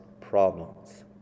problems